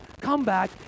comeback